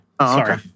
Sorry